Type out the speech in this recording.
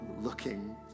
looking